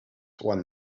one